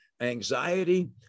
anxiety